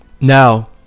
Now